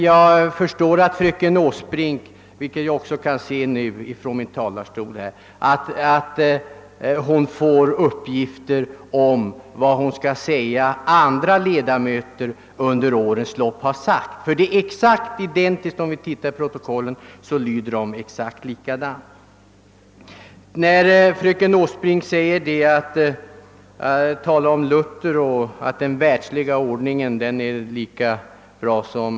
Jag förstår att fröken Åsbrink — jag kan också se det nu här från talarstolen -— av sina politiska meningsfränder får uppgifter om vad hon skall säga. Fröken Åsbrink informeras tydligen om vad andra ledamöter under årens lopp har sagt vid liknande diskussioner. Av protokollen kan man finna att fröken Åsbrinks vttrande var identiskt med vad som fällts i tidigare debatter av detta slag.